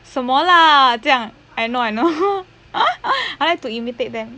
什么啦这样 I know I know I like to imitate them